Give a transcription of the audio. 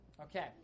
Okay